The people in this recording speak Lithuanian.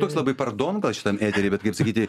toks labai paradontas šitam etery bet kaip sakyti